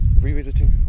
revisiting